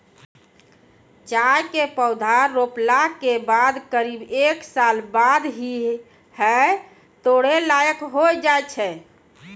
चाय के पौधा रोपला के बाद करीब एक साल बाद ही है तोड़ै लायक होय जाय छै